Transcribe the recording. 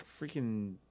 freaking